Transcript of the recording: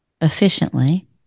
efficiently